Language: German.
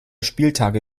spieltage